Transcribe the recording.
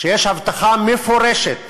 שיש הבטחה מפורשת